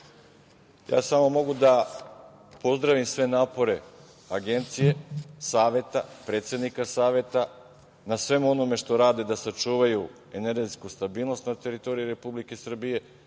Ja samo mogu da pozdravim sve napore Agencije, Saveta, predsednika Saveta na svemu onome što rade da sačuvaju energetsku stabilnost na teritoriji Republike Srbije,